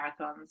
marathons